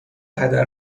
هدر